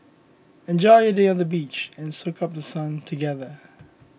enjoy a day on the beach and soak up The Sun together